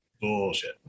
Bullshit